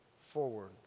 forward